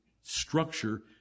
structure